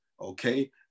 okay